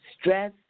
Stress